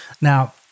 Now